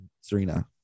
Serena